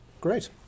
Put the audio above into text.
Great